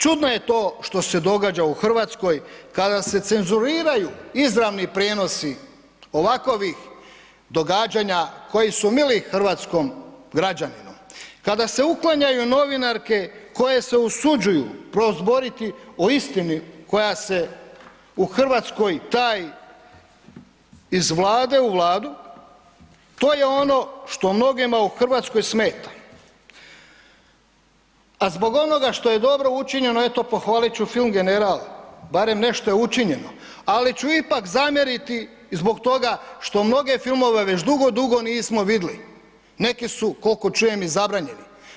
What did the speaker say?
Čudno je to što se događa u RH kada se cenzuriraju izravni prijenosi ovakovih događanja koji su mili hrvatskom građaninu, kada se uklanjaju novinarke koje se usuđuju prozboriti o istini koja se u RH taji iz Vlade u Vladu, to je ono što mnogima u RH smeta, a zbog onoga što je dobro učinjeno eto pohvalit ću film „General“ barem nešto je učinjeno, ali ću ipak zamjeriti i zbog toga što mnoge filmove već dugo, dugo nismo vidjeli, neki su kolko čujem i zabranjeni.